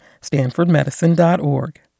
stanfordmedicine.org